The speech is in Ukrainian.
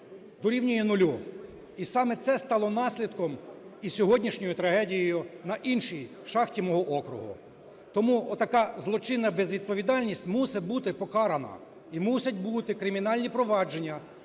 дорівнює нулю. І саме це стало наслідком і сьогоднішньої трагедії на іншій шахті мого округу. Тому отака злочинна безвідповідальність мусить бути покарана. І мусять бути кримінальні провадження